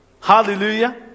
Hallelujah